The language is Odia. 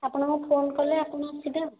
ଆପଣଙ୍କୁ ଫୋନ କରିଲେ ଆପଣ ଆସିବେ ଆଉ